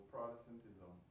Protestantism